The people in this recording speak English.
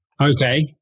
Okay